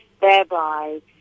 thereby